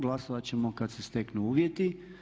Glasovat ćemo kad se steknu uvjeti.